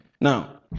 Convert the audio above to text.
Now